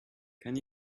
can